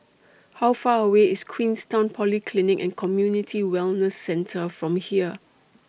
How Far away IS Queenstown Polyclinic and Community Wellness Centre from here